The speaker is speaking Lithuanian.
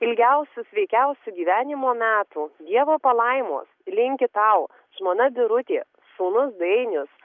ilgiausių sveikiausių gyvenimo metų dievo palaimos linki tau žmona birutė sūnus dainius